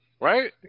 Right